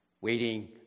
waiting